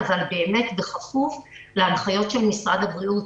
אבל באמת בכפוף להנחיות של משרד הבריאות.